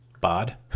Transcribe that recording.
Bod